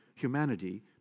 Humanity